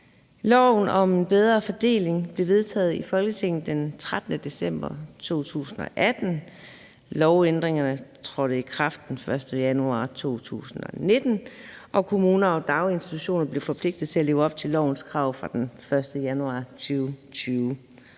Loven om en bedre fordeling blev vedtaget i Folketinget den 13. december 2018. Lovændringerne trådte i kraft den 1. januar 2019, og kommuner og daginstitutioner blev forpligtet til at leve op til lovens krav fra den 1. januar 2020.